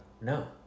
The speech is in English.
No